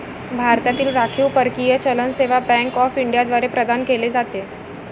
भारतातील राखीव परकीय चलन सेवा बँक ऑफ इंडिया द्वारे प्रदान केले जाते